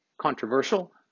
controversial